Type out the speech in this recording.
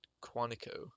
Quantico